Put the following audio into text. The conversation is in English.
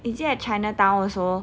is it at chinatown also